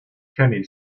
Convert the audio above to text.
kenny